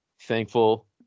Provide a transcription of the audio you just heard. thankful